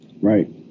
Right